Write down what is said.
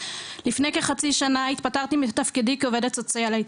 לפני כחצי שנה התפטרתי מתפקידי כעובדת סוציאלית.